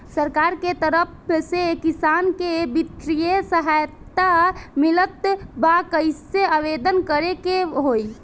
सरकार के तरफ से किसान के बितिय सहायता मिलत बा कइसे आवेदन करे के होई?